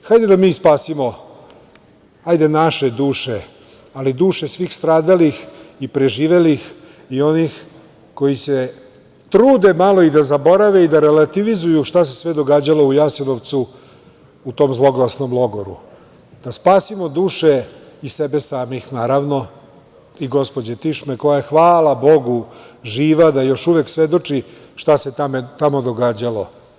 Hajde da mi spasimo naše duše i duše svih stradalih i preživelih i onih koji se trude malo i da zaborave i da relativizuju šta se sve događalo u Jasenovcu u tom zloglsnom logoru, da spasimo duše i sebe samih, naravno i gospođe Tišme koja je, hvala Bogu živa, da još uvek svedoči šta se tamo događalo.